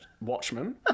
watchmen